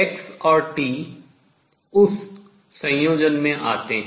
x और t उस संयोजन में आते हैं